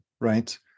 Right